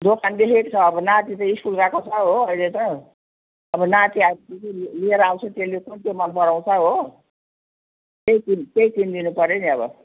दोकान देखेको छ अब नाति त स्कुल गएको छ हो अहिले त अब नाति आए पछि लिएर आउँछु त्यसले कुन चाहिँ मन पराउँछ हो त्यही किनी त्यही किनिदिनु पर्यो नि अब